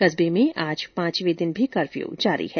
कस्बे में आज पांचवें दिन भी कफ्यू जारी है